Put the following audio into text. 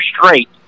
straight